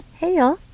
hey y'all.